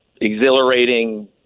exhilarating